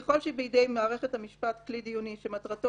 ככל שבידי מערכת המשפט כלי דיוני שמטרתו